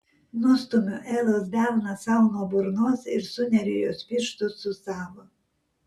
nustumiu elos delną sau nuo burnos ir suneriu jos pirštus su savo